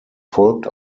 folgt